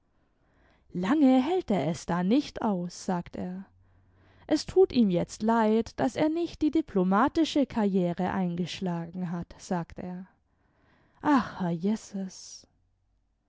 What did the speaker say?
lange hält er es da nicht aus sagt er es tut ihm jetzt leid daß er nicht die diplomatische karriere eingeschlagen hat sagt er ach herrjeses